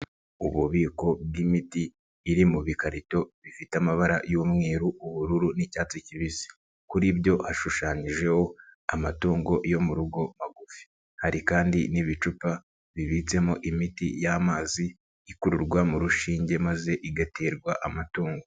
Ububiko bw'imiti iri mu bikarito bifite amabara y'umweru, ubururu n'icyatsi kibisi, kuri byo hashushanyijeho amatungo yo mu rugo magufi, hari kandi n'ibicupa bibitsemo imiti y'amazi, ikururwa mu rushinge maze igaterwa amatungo.